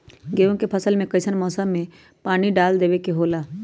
गेहूं के फसल में कइसन मौसम में पानी डालें देबे के होला?